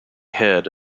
head